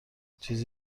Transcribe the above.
چیز